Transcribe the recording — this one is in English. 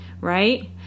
right